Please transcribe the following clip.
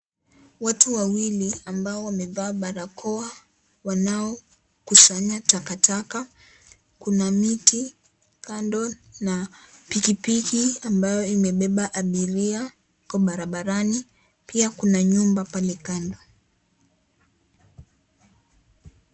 Watu wawili ambao wamevaa barakoa wanao kusanya takataka kuna miti kando na pikipiki ambao imebeba abiria kwa barabarani pia kuna nyumba pale kando.